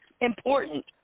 important